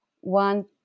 one